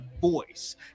voice